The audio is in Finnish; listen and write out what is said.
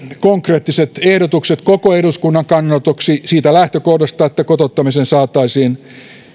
konkreettiset ehdotukset koko eduskunnan kannanotoksi siitä lähtökohdasta että kotouttamiseen saataisiin